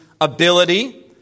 ability